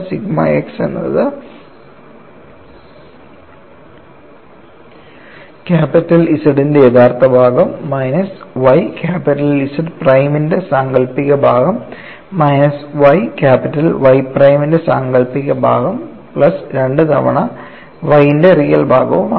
sigma x എന്നത് capital Z ന്റെ യഥാർത്ഥ ഭാഗം മൈനസ് y ക്യാപിറ്റൽ Z പ്രൈമിന്റെ സാങ്കല്പിക ഭാഗം മൈനസ് y ക്യാപിറ്റൽ Y പ്രൈമിന്റെ സാങ്കല്പിക ഭാഗം പ്ലസ് 2 തവണ Y ൻറെ റിയൽ ഭാഗവുമാണ്